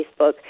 Facebook